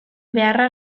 beharra